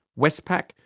westpac,